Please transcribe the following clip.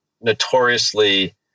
notoriously